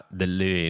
delle